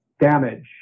damage